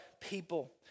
people